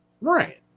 right